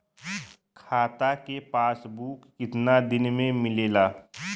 खाता के पासबुक कितना दिन में मिलेला?